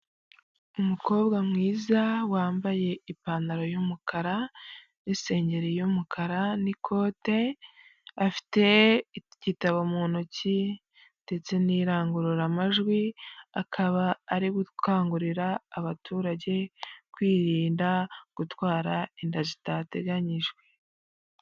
Umukobwa mwiza wambaye ipantaro y'umukara n'isengeri y'umukara n'ikote, afite igitabo mu ntoki ndetse n'irangururamajwi, akaba ari gukangurira abaturage kwirinda gutwara inda zitateganyijwe.